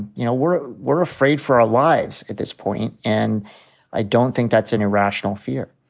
you know, we're we're afraid for our lives at this point. and i don't think that's an irrational fear.